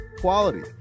quality